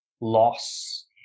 loss